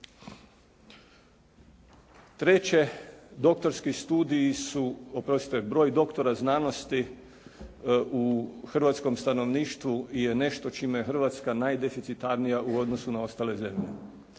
Treće, doktorski studiji su, oprostite broj doktora znanosti u hrvatskom stanovništu je nešto čime je Hrvatska najdeficitarnija u odnosu na ostale zemlje.